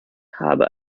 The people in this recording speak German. habe